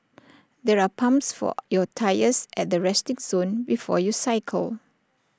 there are pumps for your tyres at the resting zone before you cycle